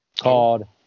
called